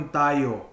tayo